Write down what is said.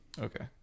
Okay